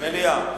מליאה.